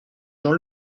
jean